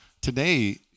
Today